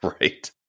Right